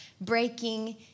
breaking